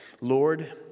Lord